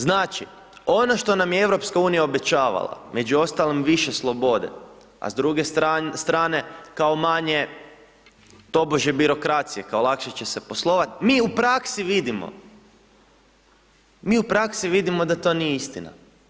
Znači, ono što nam je EU obećavala, među ostalim više slobode, a s druge strane, kao manje, tobože birokracije, kao lakše će se poslovati, mi u praski vidimo, mi u praksi vidimo da to nije istina.